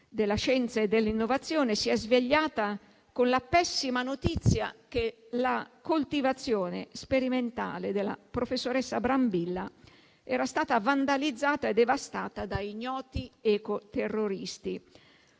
della scienza e dell'innovazione, si è svegliata con la pessima notizia che la coltivazione sperimentale della professoressa Brambilla era stata vandalizzata e devastata da ignoti ecoterroristi: